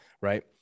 right